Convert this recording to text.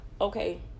Okay